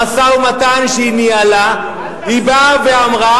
במשא-ומתן שהיא ניהלה היא באה ואמרה